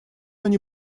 они